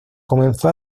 comenzó